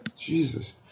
Jesus